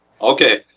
Okay